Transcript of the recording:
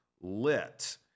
lit